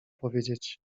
powiedzieć